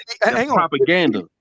propaganda